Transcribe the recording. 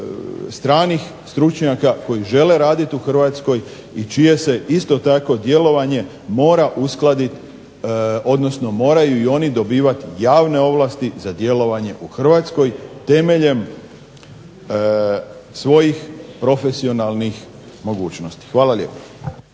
stranih stručnjaka koji žele raditi u Hrvatskoj i čije se isto tako djelovanje mora uskladiti odnosno moraju i oni dobivati javne ovlasti za djelovanje u Hrvatskoj temeljem svoji profesionalnih mogućnosti. Hvala lijepo.